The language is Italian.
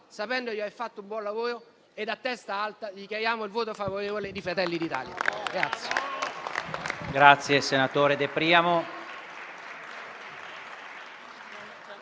sapendo di aver fatto un buon lavoro, a testa alta dichiariamo il voto favorevole di Fratelli d'Italia.